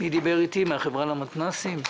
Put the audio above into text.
מהחברה למתנסים.